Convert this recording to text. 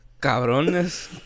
Cabrones